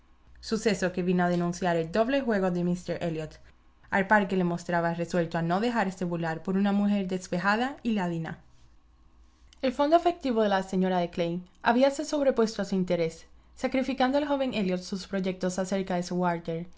suceso que vino a denunciar el doble juego de míster elliot al par que le mostraba resuelto a no dejarse burlar por una mujer despejada y ladina el fondo afectivo de la señora de clay habíase sobrepuesto a su interés sacriñcando al joven elliot sus proyectos acerca de sir